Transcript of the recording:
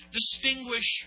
distinguish